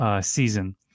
season